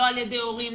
לא על ידי הורים,